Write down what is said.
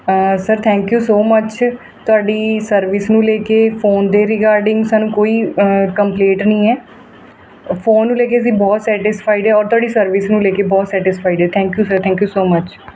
sir thank you so much ਤੁਹਾਡੀ service ਨੂੰ ਲੈ ਕੇ ਫੋਨ ਦੇ ਰਿਗਾਰਡਿੰਗ ਸਾਨੂੰ ਕੋਈ ਕੰਪਲੇਂਟ ਨਹੀਂ ਹੈ ਫੋਨ ਨੂੰ ਲੈ ਕੇ ਅਸੀਂ ਬਹੁਤ ਸੈਟਿਸਫਾਈਡ ਔਰ ਤੁਹਾਡੀ ਸਰਵਿਸ ਨੂੰ ਲੈ ਕੇ ਬਹੁਤ ਸੈਟਿਸਫਾਈਡ ਹਾਂ thank you sir thank you so much